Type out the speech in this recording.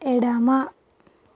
ఎడమ